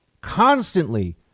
constantly